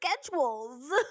schedules